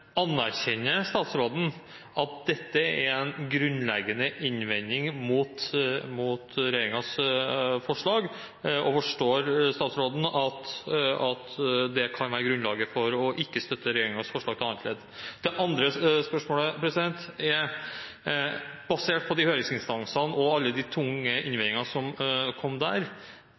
anerkjenner statsråden at dette er en grunnleggende innvending mot regjeringens forslag, og forstår statsråden at det kan være grunnlaget for ikke å støtte regjeringens forslag til annet ledd? Det andre spørsmålet er: Basert på høringsinstansene og alle de tunge innvendingene som kom der,